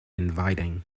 inviting